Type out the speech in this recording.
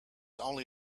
only